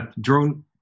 drone